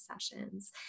sessions